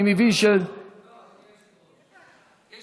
אני מבין, לא, אדוני היושב-ראש.